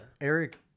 Eric